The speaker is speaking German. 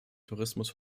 tourismus